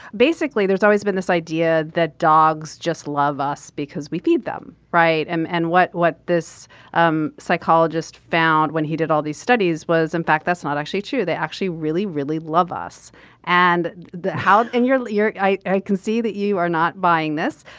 basically there's always been this idea that dogs just love us because we feed them. right. and and what what this um psychologist found when he did all these studies was in fact that's not actually true. they actually really really love us and how in your ear i can see that you are not buying this.